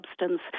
substance